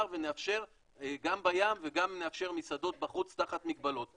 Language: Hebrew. ונאפשר גם בים וגם נאפשר מסעדות בחוץ תחת מגבלות.